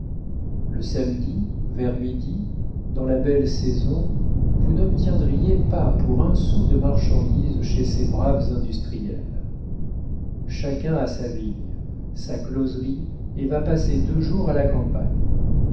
le samedi vers midi dans la belle saison vous n'obtiendrez pas pour un sou de marchandise chez ces braves industriels chacun a sa vigne sa closerie et va passer deux jours à la campagne